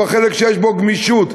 החלק שיש בו גמישות,